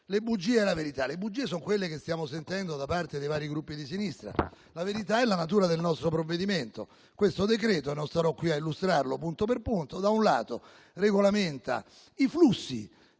Le bugie e la verità: le bugie sono quelle che stiamo sentendo da parte dei vari Gruppi di sinistra. La verità è la natura del nostro provvedimento: questo decreto-legge - non starò qui a illustrarlo punto per punto - regolamenta i flussi